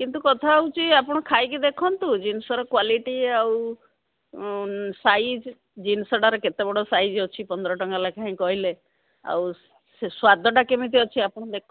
କିନ୍ତୁ କଥା ହେଉଛି ଆପଣ ଖାଇକି ଦେଖନ୍ତୁ ଜିନିଷର କ୍ଵାଲିଟି ଆଉ ସାଇଜ୍ ଜିନିଷଟାର କେତେ ବଡ଼ ସାଇଜ୍ ଅଛି ପନ୍ଦର ଟଙ୍କା ଲେଖାଏଁ କହିଲେ ଆଉ ସେ ସ୍ୱାଦଟା କେମିତି ଅଛି ଆପଣ ଦେଖ